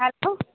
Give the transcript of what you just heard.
hello